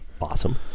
Awesome